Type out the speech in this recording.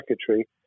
secretary